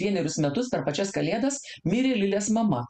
vienerius metus per pačias kalėdas mirė lilės mama